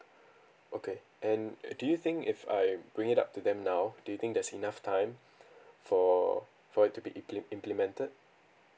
okay and do you think if I bring it up to them now do you think there's enough time for for it to be imple~ implemented